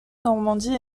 normandie